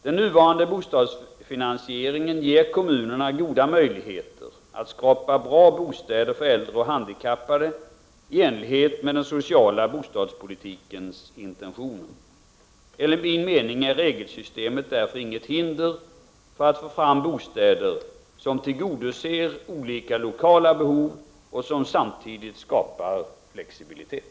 Den nuvarande bostadsfinansieringen ger kommunerna goda möjligheter att skapa bra bostäder för äldre och handikappade i enlighet med den sociala bostadspolitikens intentioner. Enligt min mening är regelsystemet därför inget hinder för att få fram bostäder som tillgodoser olika lokala behov och som samtidigt skapar flexibilitet.